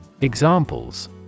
Examples